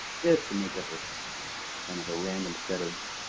is the make-up of kind of a random set of